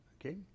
okay